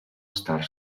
estar